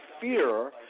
fear –